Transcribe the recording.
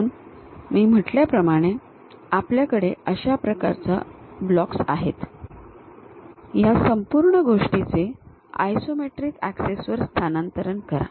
म्हणून मी म्हटल्याप्रमाणे आपल्याकडे अशा प्रकारचे ब्लॉक्स आहेत ह्या संपूर्ण गोष्टीचे आयसोमेट्रिक ऍक्सिस वर स्थानांतरण करा